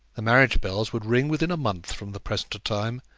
the marriage bells would ring within a month from the present time,